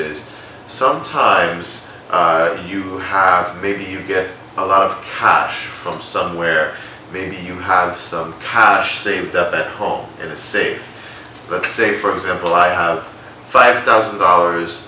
is sometimes you have maybe you get a lot of cash from somewhere maybe you have some cash saved home and say let's say for example i have five thousand dollars